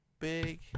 big